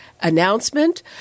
announcement